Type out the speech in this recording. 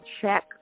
check